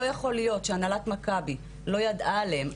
לא יכול להיות שהנהלת מכבי לא ידעה עליהם.